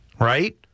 right